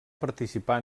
participar